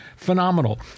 Phenomenal